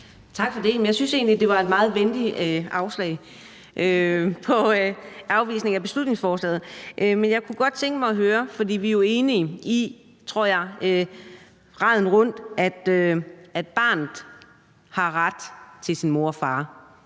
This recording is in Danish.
Tak for det. Men jeg synes egentlig, det var en meget venlig afvisning af beslutningsforslaget. Men jeg kunne godt tænke mig at høre noget. For vi er jo, tror jeg, raden rundt enige om, at barnet har ret til sin mor og far.